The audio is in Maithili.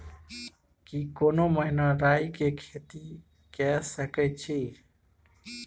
की कोनो महिना राई के खेती के सकैछी?